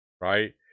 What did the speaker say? right